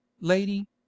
lady